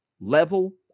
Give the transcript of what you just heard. level